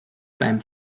beim